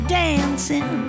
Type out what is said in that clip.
dancing